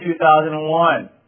2001